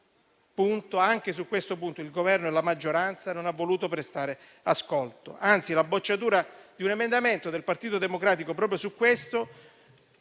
anche su questo punto il Governo e la maggioranza non ci hanno voluto prestare ascolto. Anzi, la bocciatura di un emendamento del Partito Democratico proprio su questo